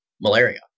malaria